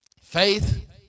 Faith